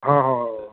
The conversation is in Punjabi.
ਹਾਂ ਹਾਂ